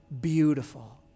beautiful